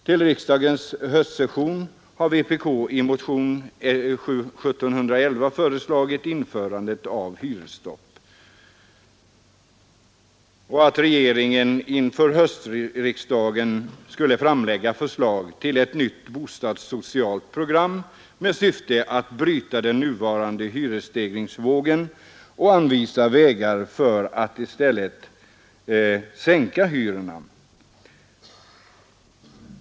Till riksdagens höstsession har vpk i motion 1711 föreslagit införande av hyresstopp och att regeringen inför höstriksdagen framlägger förslag till nytt bostadssocialt program med syfte att bryta den nuvarande hyresstegringsvågen och anvisa vägar för att i stället sänka hyrorna.